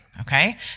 Okay